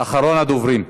אחרון הדוברים.